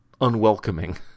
unwelcoming